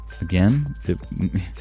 again